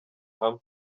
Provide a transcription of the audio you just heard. hamwe